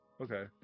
okay